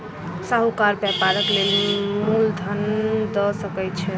साहूकार व्यापारक लेल मूल धन दअ सकै छै